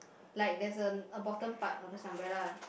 like there's a a bottom part of this umbrella ah